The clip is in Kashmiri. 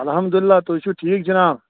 اَلحمد للہ تُہۍ چھُو ٹھیٖک جناب